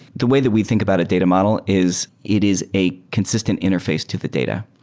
the way that we think about a data model is it is a consistent interface to the data.